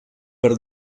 per